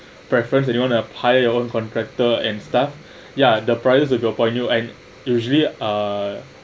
preference and you want to hire your own contractor and stuff ya the prices of your pioneer and usually uh